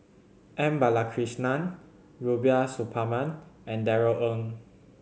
M Balakrishnan Rubiah Suparman and Darrell Ang